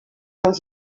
els